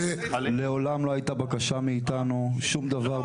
מעולם לא הייתה בקשה מאתנו, שום דבר.